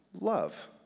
love